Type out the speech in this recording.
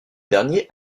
dernier